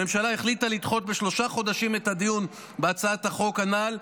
הממשלה החליטה לדחות בשלושה חודשים את הדיון בהצעת החוק הנ"ל.